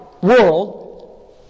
world